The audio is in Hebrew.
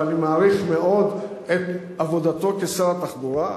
ואני מעריך מאוד את עבודתו כשר התחבורה.